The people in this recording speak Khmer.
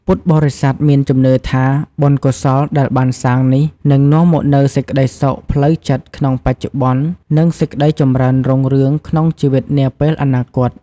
ពុទ្ធបរិស័ទមានជំនឿថា បុណ្យកុសលដែលបានសាងនេះនឹងនាំមកនូវសេចក្ដីសុខផ្លូវចិត្តក្នុងបច្ចុប្បន្ន និងសេចក្ដីចម្រើនរុងរឿងក្នុងជីវិតនាពេលអនាគត។